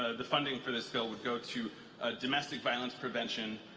ah the funding for this bill, would go to ah domestic violence prevention,